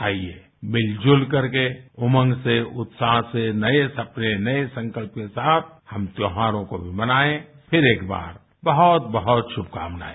आइए मिलजुल करके उमंग से उत्साह से नये सपने नये संकल्प के साथ हम त्यौहारों को भी मनाएं फिर एक बार बहुत बहुत श्रमकामनाएं